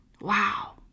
Wow